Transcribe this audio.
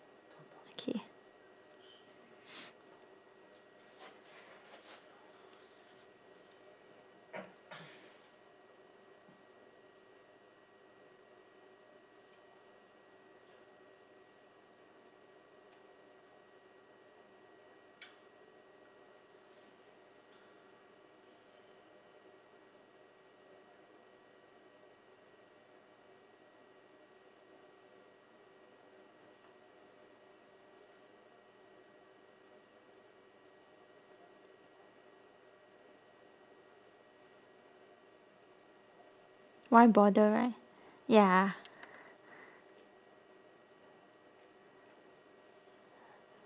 why bother right ya